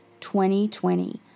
2020